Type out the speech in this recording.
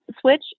switch